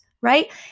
right